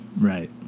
Right